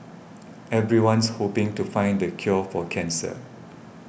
everyone's hoping to find the cure for cancer